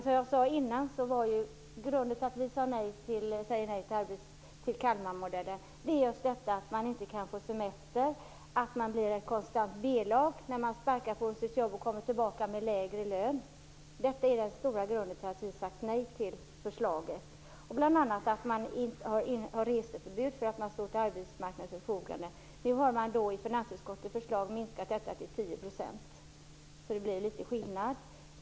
Som jag sade tidigare är grunden till att vi säger nej till den här Kalmarmodellen just att man inte kan få semester, att det blir ett konstant B lag när människor sparkas från sina jobb och kommer tillbaka med lägre lön. Detta är den stora anledningen till att vi har sagt nej till förslaget. Dessa människor har ju också reseförbud, eftersom de står till arbetsmarknadens förfogande. Nu har man i finansutskottets förslag minskat detta till 10 %, så det blir litet skillnad.